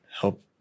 help